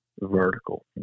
vertical